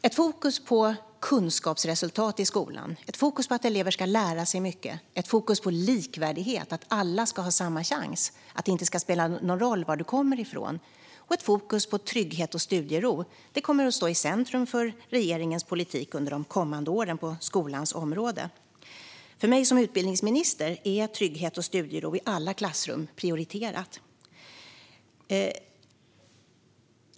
Ett fokus på kunskapsresultat i skolan, ett fokus på att elever ska lära sig mycket, ett fokus på likvärdighet, att alla ska ha samma chans och att det inte ska spela någon roll var du kommer ifrån, och ett fokus på trygghet och studiero kommer att stå i centrum för regeringens politik under de kommande åren på skolans område. För mig som utbildningsminister är trygghet och studiero i alla klassrum prioriterat.